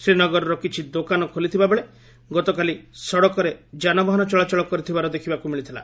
ଶ୍ରୀନଗରର କିଛି ଦୋକାନ ଖୋଲିଥିବା ବେଳେ ଗତକାଲି ସଡ଼କରେ ଯାନବାହନ ଚଳାଚଳ କରିଥିବାର ଦେଖିବାକୁ ମିଳିଥିଲା